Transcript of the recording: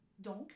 donc